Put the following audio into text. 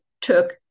took